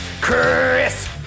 Chris